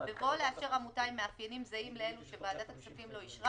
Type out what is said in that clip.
13. בבואו לאשר עמותה עם מאפיינים זהים לאלו שוועדת הכספים לא אישרה